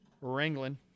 wrangling